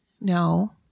No